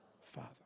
Father